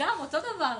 גם, אותו הדבר.